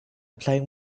playing